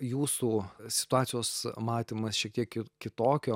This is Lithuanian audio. jūsų situacijos matymas šiek tiek kitokio